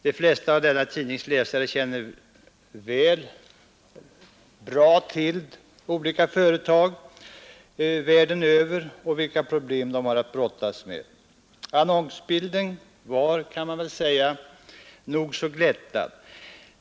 De flesta av tidningens läsare känner bra till olika företag världen över och vilka problem de har att brottas med. Annonsbilden var, kan man väl säga, nog så glättad.